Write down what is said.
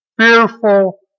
fearful